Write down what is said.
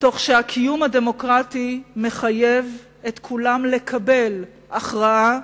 והקיום הדמוקרטי מחייב את כולם לקבל הכרעה,